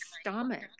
stomach